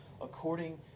according